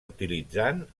utilitzant